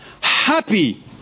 Happy